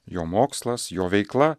jo mokslas jo veikla